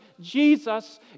Jesus